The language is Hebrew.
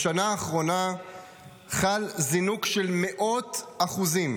בשנה האחרונה חל זינוק של מאות אחוזים